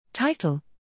Title